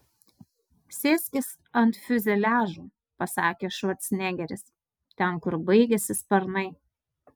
sėskis ant fiuzeliažo pasakė švarcnegeris ten kur baigiasi sparnai